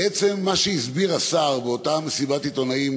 בעצם מה שהסביר השר באותה מסיבת עיתונאים